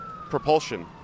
propulsion